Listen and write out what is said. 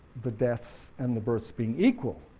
the deaths and the births being equal,